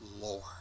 Lord